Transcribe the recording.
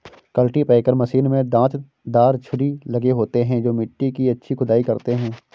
cultipacker machine में दांत दार छुरी लगे होते हैं जो मिट्टी की अच्छी खुदाई करते हैं